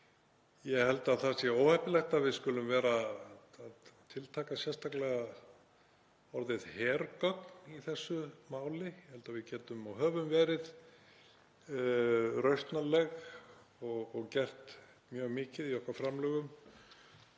Ég held að það sé óheppilegt að við skulum vera að tiltaka sérstaklega orðið hergögn í þessu máli, ég held að við getum og höfum verið rausnarleg og gert mjög mikið í okkar framlögum;